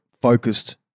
focused